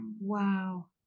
Wow